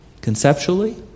conceptually